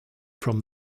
from